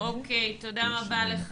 תודה רבה.